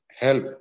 help